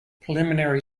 preliminary